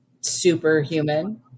superhuman